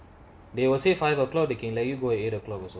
they will say five o'clock you can let you go eight o'clock or so